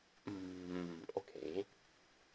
mm okay